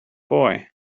boy